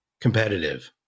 competitive